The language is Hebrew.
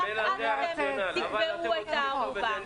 ממילא זה הרציונל אבל אתם רוצות להוסיף זאת?